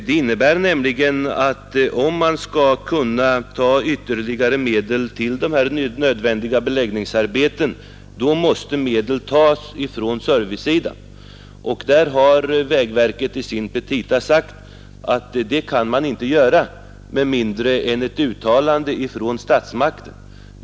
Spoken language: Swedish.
Det innebär nämligen att om man skall kunna ta ytterligare medel till de här nödvändiga beläggningsarbetena måste medel tas ifrån servicesidan. Därvidlag har vägverket i sina petita sagt att det kan man inte göra med mindre än att ett uttalande ifrån statsmakterna görs härom.